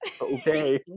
Okay